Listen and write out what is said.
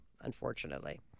unfortunately